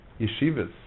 yeshivas